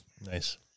nice